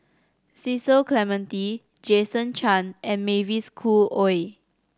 Cecil Clementi Jason Chan and Mavis Khoo Oei